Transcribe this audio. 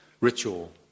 ritual